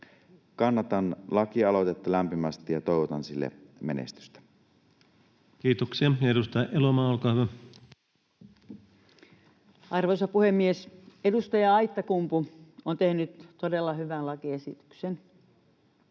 Kannatan lakialoitetta lämpimästi ja toivotan sille menestystä. Kiitoksia. — Ja edustaja Elomaa, olkaa hyvä. Arvoisa puhemies! Edustaja Aittakumpu on tehnyt todella hyvän lakiesityksen.